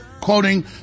quoting